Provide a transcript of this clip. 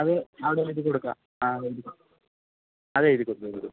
അത് അവിടേലേക്ക് കൊടുക്കാം ആ എഴുതിക്കോളൂ അത് എഴുതിക്കോളൂ